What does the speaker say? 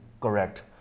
correct